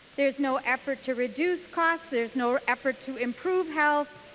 there is no effort to reduce costs. there is no effort to improve health.